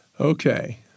Okay